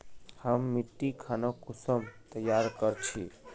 हम मिट्टी खानोक कुंसम तैयार कर छी?